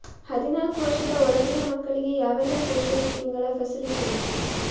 ಹದಿನಾಲ್ಕು ವರ್ಷದ ಒಳಗಿನ ಮಕ್ಕಳಿಗೆ ಯಾವೆಲ್ಲ ಸೋಶಿಯಲ್ ಸ್ಕೀಂಗಳ ಫೆಸಿಲಿಟಿ ಉಂಟು?